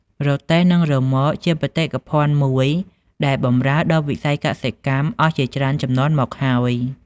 រទេះនឹងរ៉ឺម៉ក គឺជាបេតិកភណ្ឌមួយដែលបានបម្រើដល់វិស័យកសិកម្មអស់ជាច្រើនជំនាន់មកហើយ។